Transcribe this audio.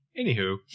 Anywho